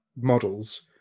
models